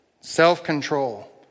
self-control